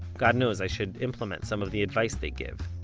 god knows i should implement some of the advice they give,